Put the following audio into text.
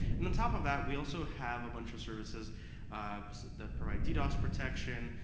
and on top of that, we also have a bunch of services apps that provide ddos protection,